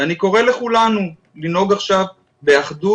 אני קורא לכולנו, לנהוג עכשיו באחדות.